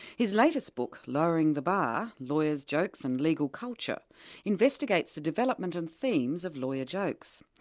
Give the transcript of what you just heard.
his latest book, lowering the bar lawyers jokes and legal culture investigates the development and themes of lawyer jokes.